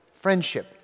friendship